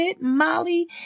Molly